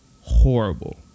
horrible